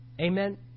amen